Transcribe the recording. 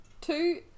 two